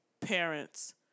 parents